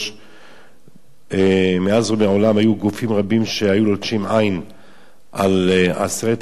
מאז ומעולם היו גופים רבים שהיו לוטשים עין על 10,000 המטרים הרבועים